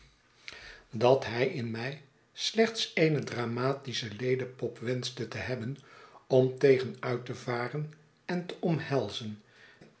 dat hij in my slechts eene dramatische ledepop wenschte te hebben om tegen uit te varen en te omhelzen